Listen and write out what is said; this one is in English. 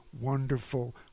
wonderful